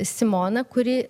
simoną kuri